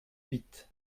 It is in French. huit